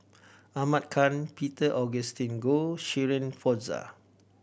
Ahmad Khan Peter Augustine Goh Shirin Fozdar